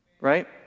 right